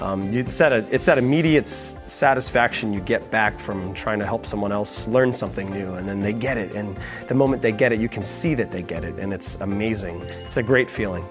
it's not immediate satisfaction you get back from trying to help someone else learn something new and then they get it and the moment they get it you can see that they get it and it's amazing it's a great feeling